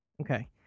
Okay